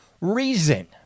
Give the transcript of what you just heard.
reason